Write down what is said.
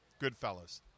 Goodfellas